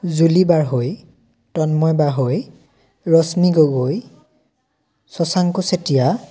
Juli Barhoi Tanmoy Barhoi Rashmi Gogoi Shashanku Chetia